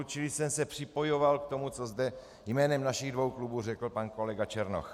Čili jsem se připojoval k tomu, co zde jménem našich dvou klubů řekl pan kolega Černoch.